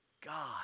God